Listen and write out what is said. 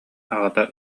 аҕата